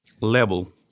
level